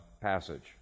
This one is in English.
passage